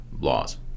laws